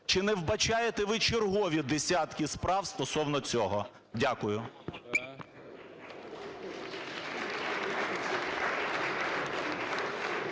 Чи не вбачаєте ви чергові десятки справ стосовно цього? Дякую.